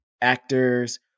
actors